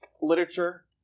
literature